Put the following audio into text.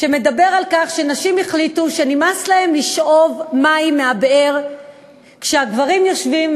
שמדבר על כך שנשים החליטו שנמאס להן לשאוב מים מהבאר כשהגברים יושבים,